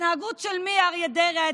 ההתנהגות של מי, אריה דרעי?